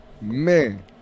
Man